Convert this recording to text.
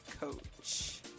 coach